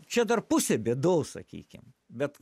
čia dar pusė bėdos sakykim bet